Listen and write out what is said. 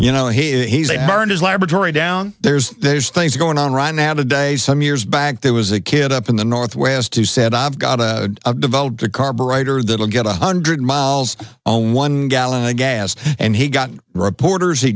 you know he's a harness laboratory down there's there's things going on right now today some years back there was a kid up in the northwest who said i've got a i've developed the carburetor that will get a hundred miles on one gallon of gas and he got reporters he